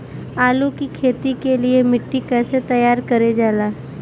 आलू की खेती के लिए मिट्टी कैसे तैयार करें जाला?